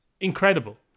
Incredible